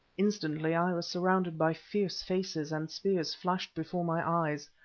instantly i was surrounded by fierce faces, and spears flashed before my eyes.